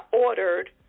ordered